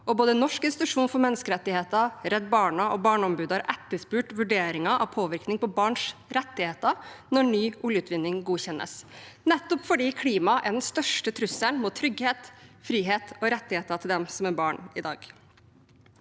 både Norges institusjon for menneskerettigheter, Redd Barna og Barneombudet har etterspurt vurderinger av påvirkning på barns rettigheter når ny oljeutvinning godkjennes, nettopp fordi klimaet er den største trusselen mot trygghet, frihet og rettigheter til dem som er barn i dag.